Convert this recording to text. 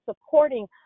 supporting